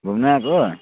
घुम्नु आएको हो